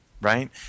right